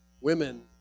Women